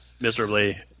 miserably